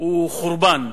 הוא חורבן,